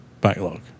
backlog